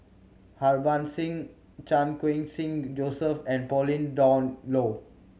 Harbans Singh Chan Khun Sing Joseph and Pauline Dawn Loh